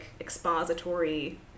expository